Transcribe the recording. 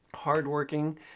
hardworking